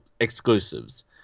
Exclusives